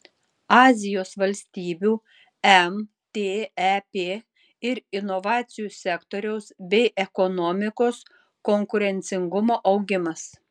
azijos valstybių mtep ir inovacijų sektoriaus bei ekonomikos konkurencingumo augimas